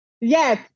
Yes